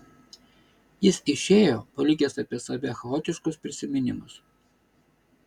jis išėjo palikęs apie save chaotiškus prisiminimus